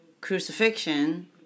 crucifixion